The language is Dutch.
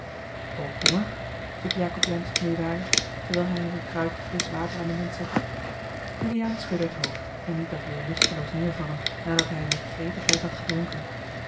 honger vroeg jacob jansz meêwarig terwijl hij hem eene kruik frisch water aan den mond zette juliaan schudde het hoofd en liet dat weêr lusteloos neêrvallen nadat hij met gretigheid had gedronken